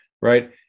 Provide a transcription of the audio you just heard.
right